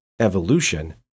evolution